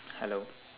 hello